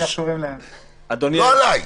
לא עליי.